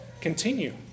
continue